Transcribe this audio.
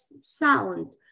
sound